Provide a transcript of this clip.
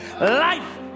life